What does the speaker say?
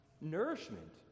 nourishment